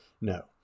No